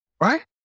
Right